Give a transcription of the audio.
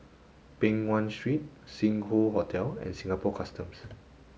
Peng Nguan Street Sing Hoe Hotel and Singapore Customs